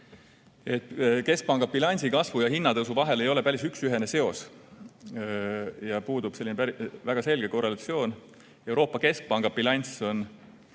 keskpanga bilansi kasvu ja hinnatõusu vahel ei ole päris üksühene seos, puudub väga selge korrelatsioon. Euroopa Keskpanga bilanss on